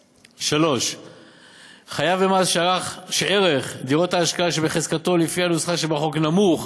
3. חייב במס שערך דירות ההשקעה שבהחזקתו לפי הנוסחה שבחוק נמוך